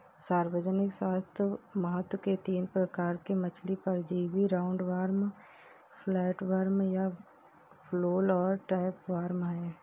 सार्वजनिक स्वास्थ्य महत्व के तीन प्रकार के मछली परजीवी राउंडवॉर्म, फ्लैटवर्म या फ्लूक और टैपवार्म है